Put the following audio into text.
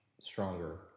stronger